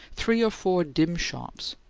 three or four dim shops,